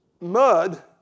mud